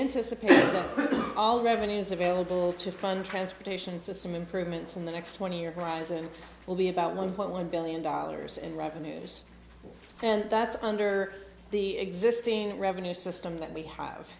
anticipate all revenues available to fund transportation system improvements in the next twenty year horizon will be about one point one billion dollars in revenues and that's under the existing revenue system that we have